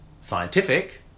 scientific